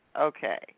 okay